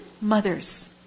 Mothers